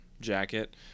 jacket